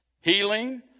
healing